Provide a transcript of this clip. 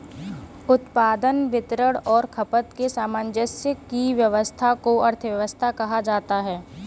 उत्पादन, वितरण और खपत के सामंजस्य की व्यस्वस्था को अर्थव्यवस्था कहा जाता है